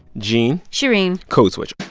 gene shereen code switch